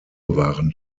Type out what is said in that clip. waren